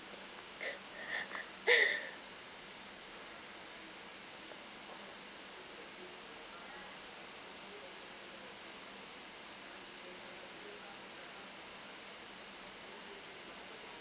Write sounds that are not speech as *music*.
*laughs*